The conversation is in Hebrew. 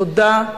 תודה.